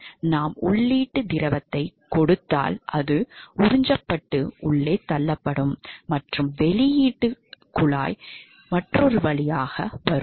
நாம் உள்ளீட்டு திரவத்தை கொடுத்தால் அது உறிஞ்சப்பட்டு உள்ளே தள்ளப்படும் மற்றும் வெளியீடு மற்றொரு குழாய் வழியாக வரும்